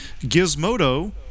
Gizmodo